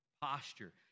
posture